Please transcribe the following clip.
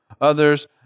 others